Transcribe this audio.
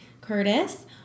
Curtis